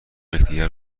یکدیگر